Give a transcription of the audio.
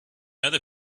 other